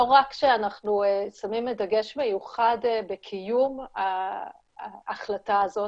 לא רק שאנחנו שמים דגש מיוחד בקיום ההחלטה הזאת,